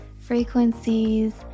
frequencies